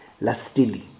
lustily